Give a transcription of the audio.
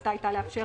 שתכליתה הייתה לאפשר